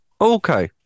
Okay